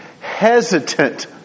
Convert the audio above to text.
hesitant